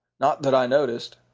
not that i noticed.